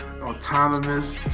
autonomous